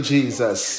Jesus